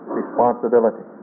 responsibility